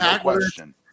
Question